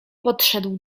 podszedł